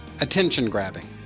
Attention-grabbing